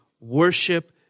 worship